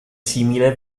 simile